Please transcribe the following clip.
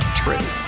true